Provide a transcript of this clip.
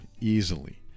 easily